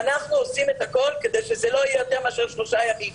אנחנו עושים את הכול כדי שזה לא יהיה יותר מאשר שלושה ימים,